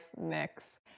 mix